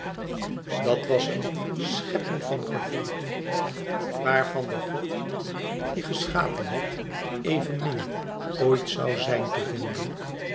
dat was een schepping van gevoel waarvan de god die geschapen had evenmin oit zoû zijn te vinden